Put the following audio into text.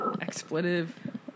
expletive